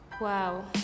Wow